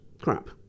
crap